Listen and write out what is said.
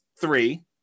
three